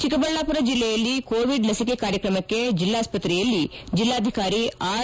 ಚಿಕ್ಕಬಳ್ಳಾಪುರ ಜಿಲ್ಲೆಯಲ್ಲಿ ಕೋವಿಡ್ ಲಸಿಕೆ ಕಾರ್ಯಕ್ರಮಕ್ಕೆ ಜಿಲ್ಲಾಸ್ಪತ್ರೆಯಲ್ಲಿ ಜಿಲ್ಲಾಧಿಕಾರಿ ಆರ್